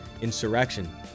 insurrection